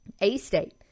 A-State